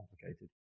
complicated